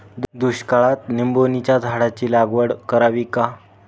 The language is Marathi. दुष्काळात निंबोणीच्या झाडाची लागवड करावी का?